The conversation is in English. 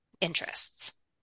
interests